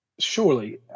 surely